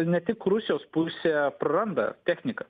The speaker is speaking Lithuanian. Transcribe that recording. ne tik rusijos pusė praranda techniką